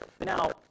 Now